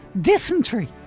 dysentery